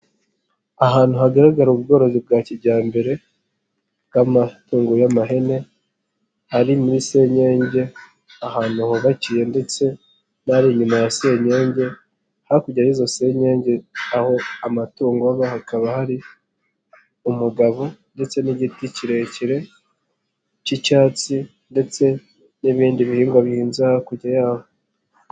Ahantu hagaragara ubworozi bwa kijyambere bw'amatungo y'amahene, ari muri senyenge ahantu hubakiye ndetse n'inyuma ya senyenge, hakurya y'isenyege aho amatungo aba hakaba hari umugabo ndetse n'igiti kirekire cy'icyatsi ndetse n'ibindi birihinbwa bihinze hakurya yaho.